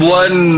one